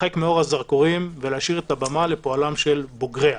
הרחק מאור הזרקורים ולהשאיר את הבמה לפועלם של בוגריה.